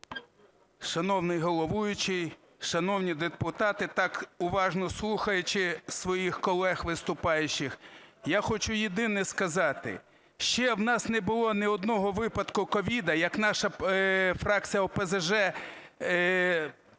Шановний головуючий, шановні депутати! Так уважно слухаючи своїх колег виступаючих, я хочу єдине сказати, ще у нас не було ні одного випадку COVID, як наша фракція ОПЗЖ бачила,